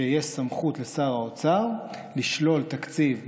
ויש סמכות לשר האוצר לשלול תקציב,